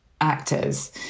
actors